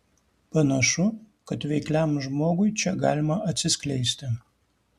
panašu kad veikliam žmogui čia galima atsiskleisti